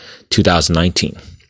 2019